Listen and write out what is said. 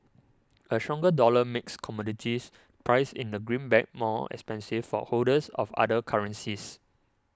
a stronger dollar makes commodities priced in the greenback more expensive for holders of other currencies